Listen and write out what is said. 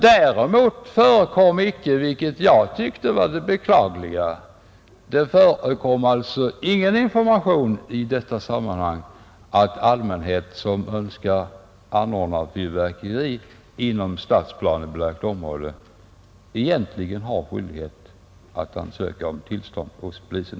Däremot förekom icke, vilket jag tycker var beklagligt, någon information i detta sammanhang om att den som önskar anordna fyrverkeri inom stadsplanelagt område egentligen har skydighet att ansöka om tillstånd hos polisen,